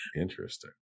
Interesting